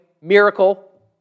miracle